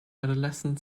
adolescent